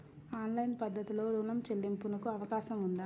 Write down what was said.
Online పద్ధతిలో రుణ చెల్లింపునకు అవకాశం ఉందా?